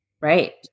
Right